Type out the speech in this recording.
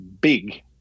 big